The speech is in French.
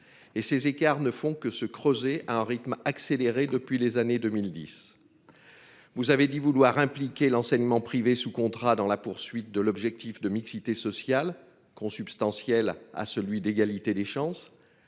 ces écarts ne font que se creuser à un rythme accéléré depuis les années 2010. Vous avez dit vouloir impliquer l'enseignement privé sous contrat, dans la poursuite de l'objectif de mixité sociale consubstantielle à celui d'égalité des chances.